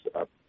up